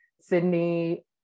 Sydney